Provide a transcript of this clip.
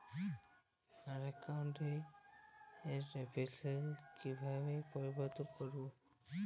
আমার অ্যাকাউন্ট র বেনিফিসিয়ারি কিভাবে পরিবর্তন করবো?